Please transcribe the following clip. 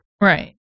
right